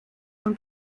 und